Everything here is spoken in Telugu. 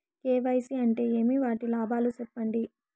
కె.వై.సి అంటే ఏమి? వాటి లాభాలు సెప్పండి?